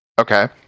Okay